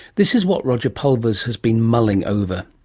this is what roger pulvers has been mulling over,